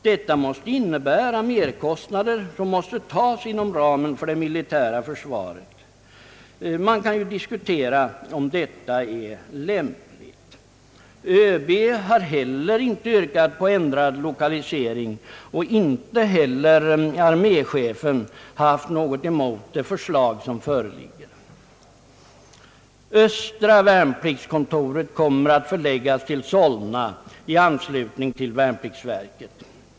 Detta innebär merkostnader, som måste tas inom ramen för det militära försvaret. Man kan diskutera om detta är lämpligt. ÖB har inte yrkat på ändrad lokalisering, och inte heller arméchefen har haft något emot det förslag som föreligger. Östra värnpliktskontoret kommer att förläggas till Solna i anslutning till värnpliktsverket.